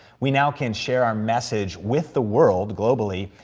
we now can share our message with the world, globally,